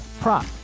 prop